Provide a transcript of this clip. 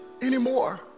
anymore